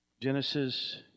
Genesis